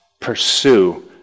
pursue